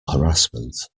harassment